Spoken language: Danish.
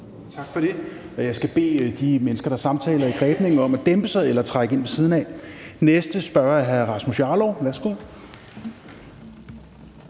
Tak for det. Jeg skal bede de mennesker, der samtaler i Grebningen, om at dæmpe sig eller trække ind ved siden af. Den næste spørger er hr. Rasmus Jarlov.